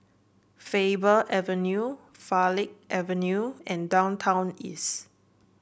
Faber Avenue Farleigh Avenue and Downtown East